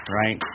right